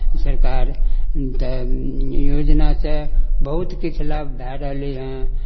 सरकार तऽ योजनासँ बहुत किछु लाभ भए रहलैहँ